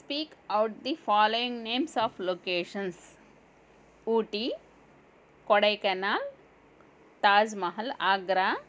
speak out the following names of locations Ooty Kodaikanal Taj Mahal Agra